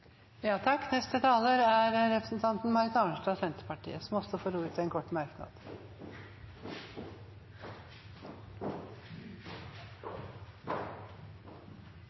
Representanten Marit Arnstad har hatt ordet to ganger tidligere og får ordet til en kort merknad,